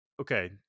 Okay